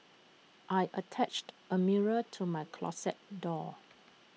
I attached A mirror to my closet door